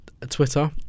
Twitter